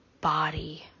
body